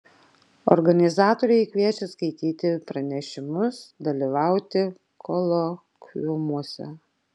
organizatoriai kviečia skaityti pranešimus dalyvauti kolokviumuose